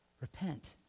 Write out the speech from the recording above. Repent